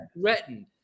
threatened